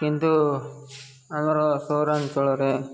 କିନ୍ତୁ ଆମର ସହରାଞ୍ଚଳରେ